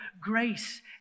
grace